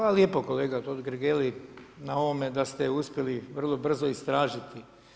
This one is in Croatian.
Hvala lijepo kolega Totgergeli na ovome da ste uspjeli vrlo brzo istražiti.